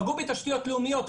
פגעו בתשתיות לאומיות,